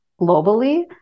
globally